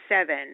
seven